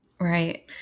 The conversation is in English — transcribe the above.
Right